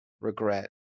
regret